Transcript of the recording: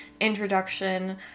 introduction